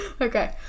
Okay